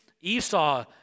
Esau